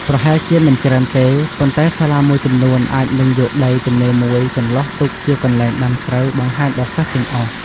ប្រហែលជាមិនច្រើនទេ ប៉ុន្តែសាលាមួយចំនួនអាចនឹងយកដីទំនេរមួយចន្លោះទុកជាកន្លែងដាំស្រូវបង្ហាញដល់សិស្សទាំងអស់។